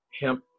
hemp